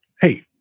Hey